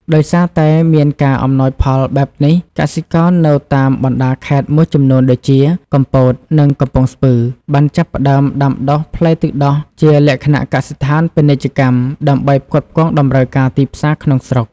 ដោយសារតែមានការអំណោយផលបែបនេះ កសិករនៅតាមបណ្តាខេត្តមួយចំនួនដូចជា កំពត និងកំពង់ស្ពឺ បានចាប់ផ្តើមដាំដុះផ្លែទឹកដោះជាលក្ខណៈកសិដ្ឋានពាណិជ្ជកម្ម ដើម្បីផ្គត់ផ្គង់តម្រូវការទីផ្សារក្នុងស្រុក។